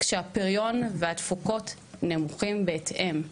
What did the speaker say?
כשהפריון והתפוקות נמוכים בהתאם.